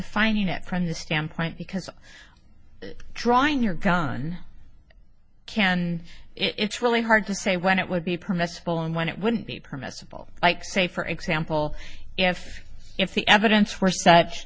defining it from the standpoint because drawing your gun can it's really hard to say when it would be permissible and when it wouldn't be permissible like say for example if if the evidence were such